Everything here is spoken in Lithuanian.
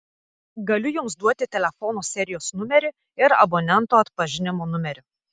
galiu jums duoti telefono serijos numerį ir abonento atpažinimo numerį